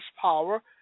power